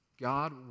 God